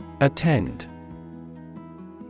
Attend